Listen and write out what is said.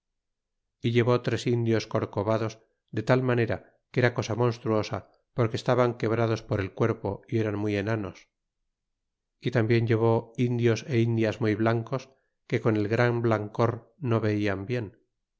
y llevó tres indios corcobados de tal manera que era cosa monstruosa porque estaban quebrados por el cuerpo y eran muy enanos y tambien llevó indios é indias muy blancos que con el gran blancor no veian bien